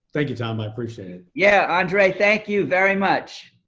thank you, tom, i appreciate it. yeah, andre, thank you very much.